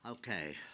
Okay